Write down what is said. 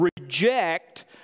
reject